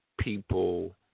people